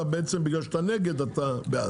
בגלל שאתה נגד, אתה בעד.